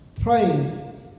praying